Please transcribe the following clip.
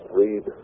read